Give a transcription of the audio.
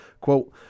Quote